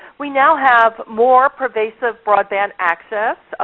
we now have more pervasive broadband access,